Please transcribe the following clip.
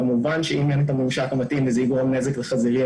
כמובן שאם אין את הממשק המתאים וזה יגרום נזק לחזירים,